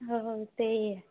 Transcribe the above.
हो ते